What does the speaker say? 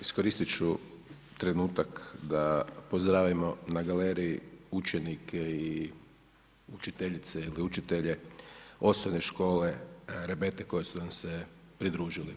Iskoristit ću trenutak da pozdravimo na galeriji učenike i učiteljice ili učitelje Osnovne škole Rebete koje su nam se pridružili.